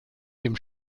dem